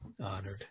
honored